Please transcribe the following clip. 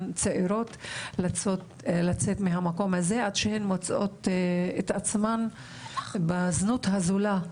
צעירות לצאת מהמקום הזה עד שהן מוצאות את עצמן בזנות הזולה,